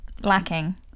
lacking